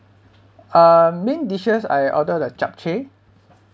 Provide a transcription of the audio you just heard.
um main dishes I order the japchae